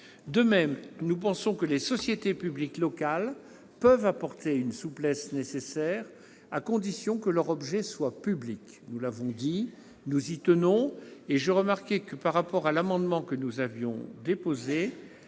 De même, nous pensons que les sociétés publiques locales peuvent apporter une souplesse nécessaire, à condition que leur objet soit public. Nous l'avons dit, nous y tenons. J'ai remarqué que vous aviez appelé à la sagesse sur l'amendement que nous avions déposé